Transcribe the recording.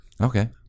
Okay